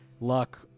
Luck